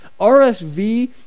RSV